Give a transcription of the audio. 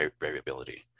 variability